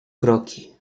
kroki